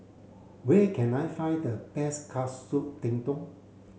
where can I find the best Katsu Tendon